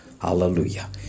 Hallelujah